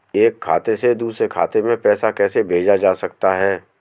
एक खाते से दूसरे खाते में पैसा कैसे भेजा जा सकता है?